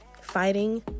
fighting